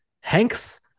Hanks